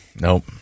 Nope